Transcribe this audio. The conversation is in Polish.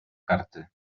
karty